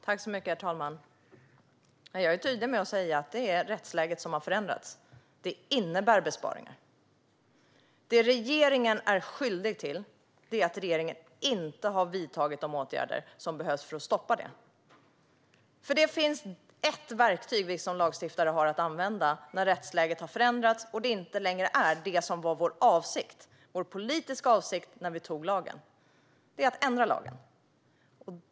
Herr talman! Jag är tydlig med att säga att det är rättsläget som har förändrats. Det innebär besparingar. Det som regeringen är skyldig till är att den inte har vidtagit de åtgärder som behövs för att stoppa detta. Det finns ett verktyg som vi som lagstiftare har att använda när rättsläget har förändrats och det inte längre är det som var vår politiska avsikt när vi antog lagen som gäller, och det är att ändra lagen.